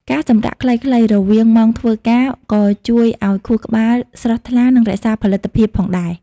ការសម្រាកខ្លីៗរវាងម៉ោងធ្វើការ ក៏ជួយឱ្យខួរក្បាលស្រស់ថ្លា និងរក្សាផលិតភាពផងដែរ។